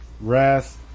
rest